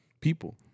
People